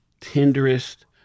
tenderest